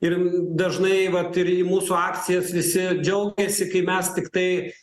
ir dažnai vat ir į mūsų akcijas visi džiaugiasi kai mes tiktai